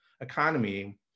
economy